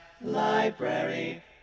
Library